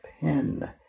pen